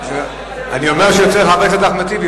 אני אומר שיוצא לחבר הכנסת טיבי,